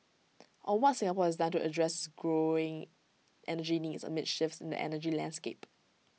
on what Singapore has done to address growing energy needs amid shifts in the energy landscape